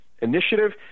initiative